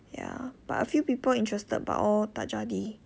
ya but a few people interested but all tak jadi